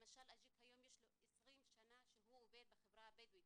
למשל לאג'יק היום יש 20 שנה שהוא עובד בחברה הבדואית,